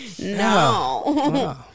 no